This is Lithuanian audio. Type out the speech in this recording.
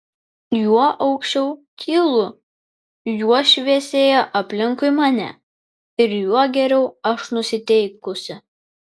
juo aukščiau kylu juo šviesėja aplinkui mane ir juo geriau aš nusiteikusi